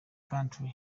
country